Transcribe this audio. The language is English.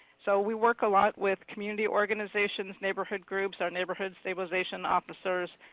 so we work a lot with community organizations, neighborhood groups, our neighborhood stabilization officers.